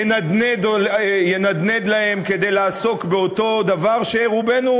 ינדנד להם כדי לעסוק באותו דבר שרובנו,